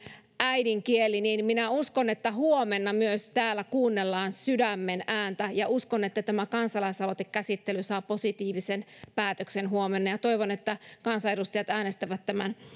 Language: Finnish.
äidinkieli niin huomenna myös täällä kuunnellaan sydämen ääntä ja uskon että tämä kansa laisaloitekäsittely saa positiivisen päätöksen huomenna toivon että kansanedustajat äänestävät tämän